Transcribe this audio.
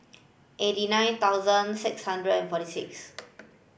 eighty nine thousand six hundred and forty six